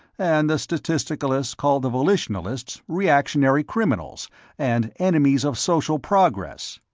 and the statisticalists called the volitionalists reactionary criminals and enemies of social progress.